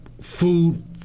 food